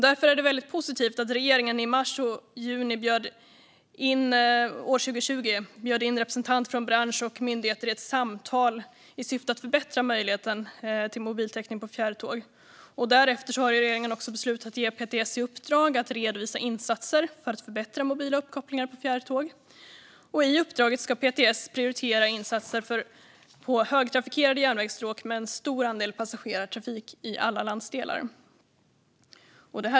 Därför är det positivt att regeringen i mars och juni år 2020 bjöd in representanter från bransch och myndigheter till samtal i syfte att förbättra möjligheten till mobiltäckning på fjärrtåg. Därefter har regeringen beslutat att ge PTS i uppdrag att redovisa insatser för att förbättra mobila uppkopplingar på fjärrtåg. I uppdraget ska PTS prioritera insatser på högtrafikerade järnvägsstråk med en stor andel passagerartrafik i alla landsdelar.